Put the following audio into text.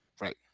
Right